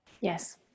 Yes